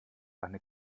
eine